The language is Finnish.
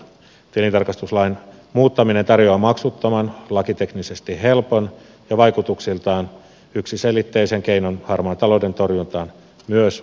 tilintarkastuslain muuttaminen tarjoaa maksuttoman lakiteknisesti helpon ja vaikutuksiltaan yksiselitteisen keinon harmaan talouden torjuntaan myös käytännössä